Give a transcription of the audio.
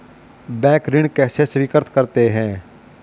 Bank ऋण कैसे स्वीकृत करते हैं?